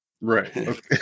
right